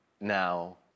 now